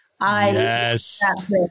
Yes